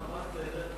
מה הסדר?